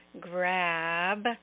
grab